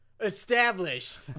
established